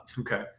Okay